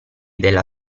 della